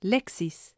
Lexis